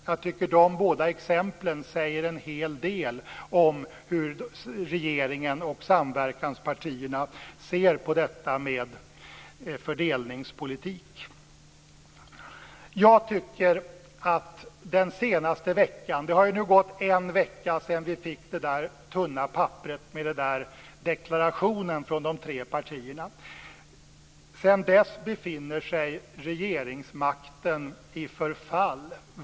Jag tycker att dessa båda exempel säger en hel del om hur regeringen och samverkanspartierna ser på detta med fördelningspolitik. Det har nu gått en vecka sedan vi fick det tunna papperet med deklarationen från de tre partierna. Sedan dess befinner sig regeringsmakten i förfall.